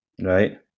right